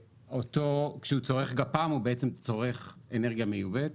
כשהוא צורך גפ"מ, הוא בעצם צורך אנרגיה מיובאת.